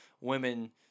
women